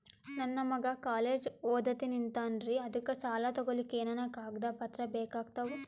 ನನ್ನ ಮಗ ಕಾಲೇಜ್ ಓದತಿನಿಂತಾನ್ರಿ ಅದಕ ಸಾಲಾ ತೊಗೊಲಿಕ ಎನೆನ ಕಾಗದ ಪತ್ರ ಬೇಕಾಗ್ತಾವು?